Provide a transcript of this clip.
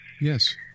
Yes